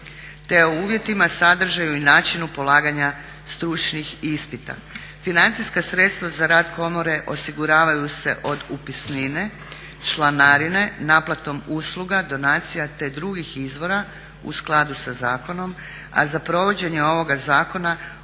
o uvjetima, sadržaju i načinu polaganja stručnih ispita. Financijska sredstva za rad komore osiguravaju se od upisnine, članarine, naplatom usluga, donacija, te drugih izvora u skladu sa zakonom. A za provođenje ovoga zakona